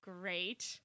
great